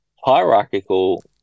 hierarchical